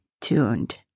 tuned